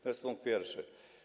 To jest punkt pierwszy.